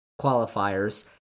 qualifiers